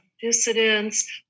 dissidents